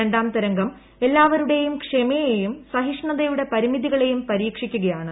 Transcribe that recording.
രണ്ടാം തരംഗം എല്ലാവരുടെയും ക്ഷമയെയും സഹിഷ്ണുതയുടെ പരിമിതികളെയും പരീക്ഷിക്കുകയാണ്